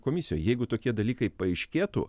komisijoje jeigu tokie dalykai paaiškėtų